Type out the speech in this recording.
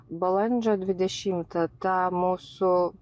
balandžio dvidešimta ta mūsų